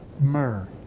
myrrh